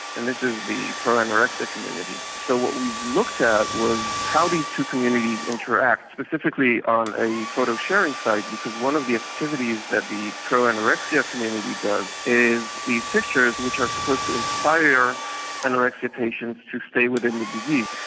and this is the pro-anorexia community. so what we looked at was how these two communities interact, specifically on a photo sharing site, because one of the activities that the pro-anorexia community does is these pictures which are supposed to inspire anorexia patients to stay within the disease.